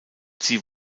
sie